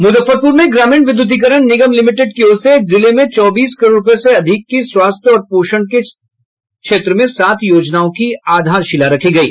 मुजफ्फरपुर में ग्रामीण विद्युतीकरण निगम लिमिटेड की ओर से जिले में चौबीस करोड़ रुपये से अधिक के स्वास्थ्य और पोषण के क्षेत्र में सात योजनाओं की आधारशिला रखी गयी